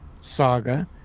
saga